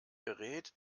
gerät